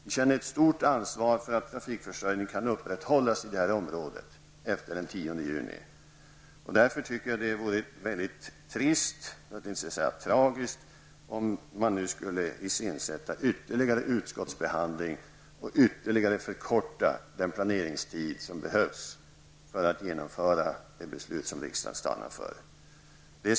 Vi känner ett stort ansvar för att trafikförsörjningen efter den 10 juni skall kunna upprätthållas i det här området. Därför tycker jag att det vore mycket trist, för att inte säga tragiskt, om man nu skulle iscensätta ytterligare utskottsbehandling och ytterligare förkorta den planeringstid som behövs för att genomföra det beslut som riksdagen stannar för.